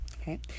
okay